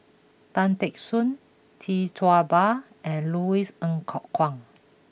Tan Teck Soon Tee Tua Ba and Louis Ng Kok Kwang